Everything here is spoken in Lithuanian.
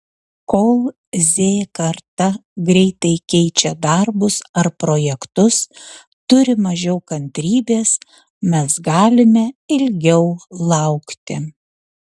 kol z karta greitai keičia darbus ar projektus turi mažiau kantrybės mes galime ilgiau laukti